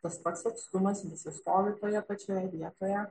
tas pats atstumas nes jie stovi toje pačioje vietoje